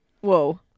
Whoa